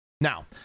Now